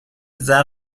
زخم